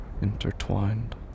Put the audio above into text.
Intertwined